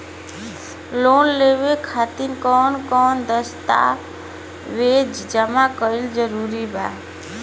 Loan लेवे खातिर कवन कवन दस्तावेज जमा कइल जरूरी बा?